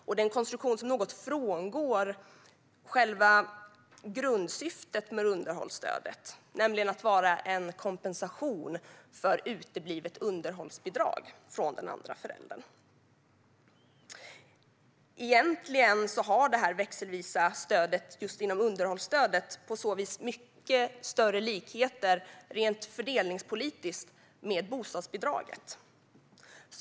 Det är en konstruktion som något frångår själva grundsyftet med underhållsstödet, nämligen att vara en kompensation för uteblivet underhållsbidrag från den andre föräldern. Egentligen har därmed den växelvisa delen i underhållsstödet rent fördelningspolitiskt mycket större likheter med bostadsbidraget.